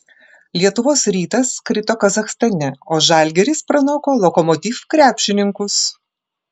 lietuvos rytas krito kazachstane o žalgiris pranoko lokomotiv krepšininkus